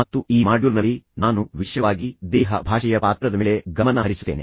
ಮತ್ತು ಈ ಮಾಡ್ಯೂಲ್ನಲ್ಲಿ ನಾನು ವಿಶೇಷವಾಗಿ ದೇಹ ಭಾಷೆಯ ಪಾತ್ರದ ಮೇಲೆ ಗಮನ ಹರಿಸುತ್ತೇನೆ